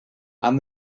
and